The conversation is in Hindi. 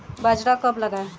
बाजरा कब लगाएँ?